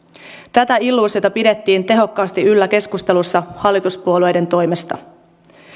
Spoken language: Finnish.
tätä illuusiota pidettiin tehokkaasti yllä keskustelussa hallituspuolueiden toimesta